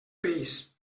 peix